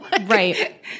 Right